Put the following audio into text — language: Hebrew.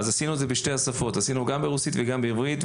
עשינו את זה בשתי השפות, גם ברוסית וגם בעברית.